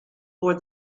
for